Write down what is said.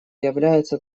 является